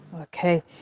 Okay